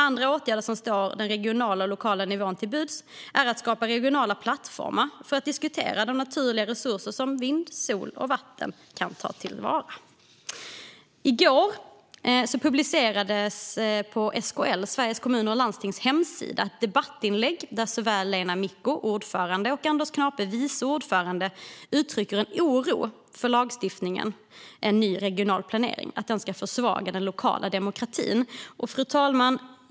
Andra åtgärder som står den regionala och lokala nivån till buds är att skapa regionala plattformar för att diskutera hur naturliga resurser som vind, sol och vatten kan tas till vara. I går publicerade SKL, Sveriges Kommuner och Landsting, på sin hemsida ett debattinlägg där såväl ordföranden Lena Micko som vice ordföranden Anders Knape uttrycker oro över att lagstiftningen om ny regional planering ska försvaga den lokala demokratin. Fru talman!